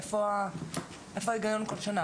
איפה ההיגיון לעשות את זה כל שנה?